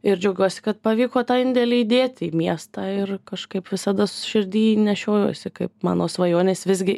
ir džiaugiuosi kad pavyko tą indėlį įdėti į miestą ir kažkaip visada širdy nešiojuosi kaip mano svajonės visgi